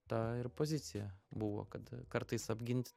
ta ir pozicija buvo kad kartais apgint